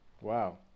Wow